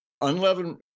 unleavened